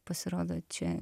pasirodo čia